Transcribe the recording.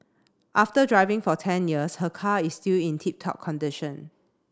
after driving for ten years her car is still in tip top condition